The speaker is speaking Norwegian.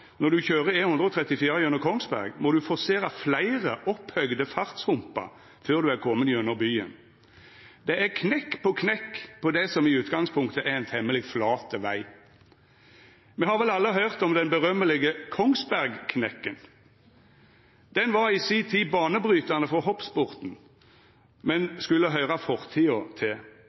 når ein køyrer E134 gjennom Kongsberg, må ein forsera fleire opphøgde fartshumpar før ein er komen gjennom byen. Det er knekk på knekk på det som i utgangspunktet er ein temmeleg flat veg. Me har vel alle høyrt om den namnkunnige Kongsbergknekken. Den var i si tid banebrytande for hoppsporten, men skulle høyra fortida til.